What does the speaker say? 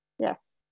Yes